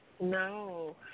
No